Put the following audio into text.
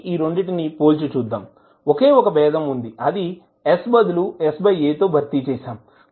కాబట్టి ఈ రెండిటిని పోల్చి చూద్దాం ఒకే ఒక బేధం వుంది అది s బదులు sa తో భర్తీ చేశాం